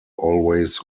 always